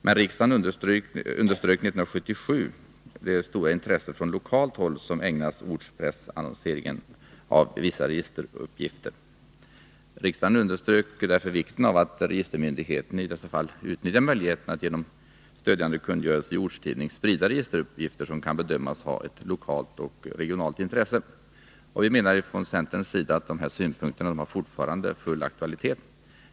Men riksdagen underströk 1977 det stora intresse från lokalt håll som ägnas ortspressannonseringen av vissa registeruppgifter. Riksdagen underströk därför vikten av att registermyndigheten i detta fall utnyttjar möjligheten att genom stödkungörelse i ortstidning sprida registeruppgifter som kan bedömas ha ett lokalt och regionalt intresse. Vi menar från centerns sida att de här synpunkterna fortfarande har full aktualitet.